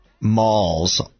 Malls